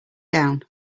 down